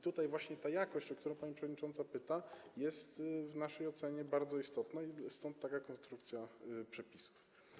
Tutaj właśnie ta jakość, o którą pani przewodnicząca pyta, jest w naszej ocenie bardzo istotna i stąd taka konstrukcja przepisów.